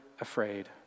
afraid